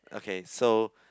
okay so